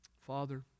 Father